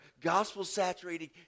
gospel-saturated